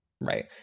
right